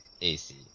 AC